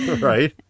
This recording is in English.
Right